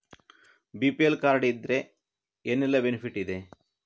BPL card ಇದ್ರೆ ಏನೆಲ್ಲ benefit ಇದೆ?